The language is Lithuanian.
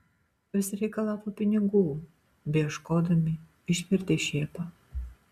vis reikalavo pinigų beieškodami išvertė šėpą